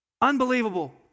Unbelievable